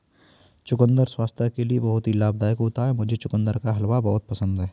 चुकंदर स्वास्थ्य के लिए बहुत ही लाभदायक होता है मुझे चुकंदर का हलवा बहुत पसंद है